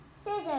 Scissors